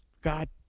God